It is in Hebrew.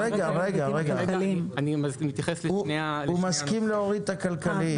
הוא מסכים להוריד את הכלכליים,